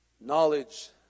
Knowledge